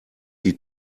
die